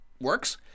works